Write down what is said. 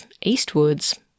eastwards